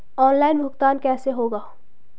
Online भुगतान कैसे होगा?